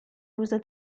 روز